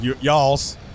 y'all's